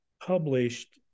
published